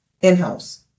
in-house